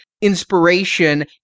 inspiration